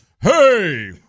Hey